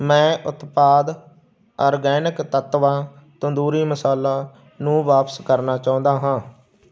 ਮੈਂ ਉਤਪਾਦ ਆਰਗੈਨਿਕ ਤੱਤਵਾ ਤੰਦੂਰੀ ਮਸਾਲਾ ਨੂੰ ਵਾਪਸ ਕਰਨਾ ਚਾਹੁੰਦਾ ਹਾਂ